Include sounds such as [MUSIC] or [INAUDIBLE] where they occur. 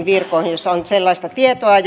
[UNINTELLIGIBLE] virkojen kannalta joissa on sellaista tietoa [UNINTELLIGIBLE]